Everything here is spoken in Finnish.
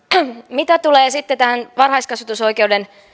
mitä tulee sitten tähän varhaiskasvatusoikeuden